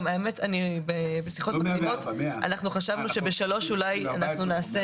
בשיחות פנימיות חשבנו שב-(3) אולי נעשה